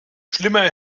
schlimmer